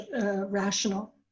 rational